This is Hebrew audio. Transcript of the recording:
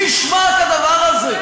מי ישמע את הדבר הזה?